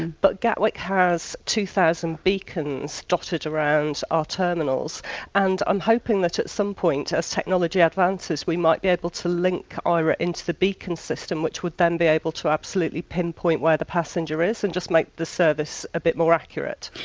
but gatwick has two thousand beacons dotted around our terminals and i'm hoping that at some point, as technology advances, we might be able to link ah aira into the beacon system, which would then be able to absolutely pinpoint where the passenger is and just make the service a bit more accurate.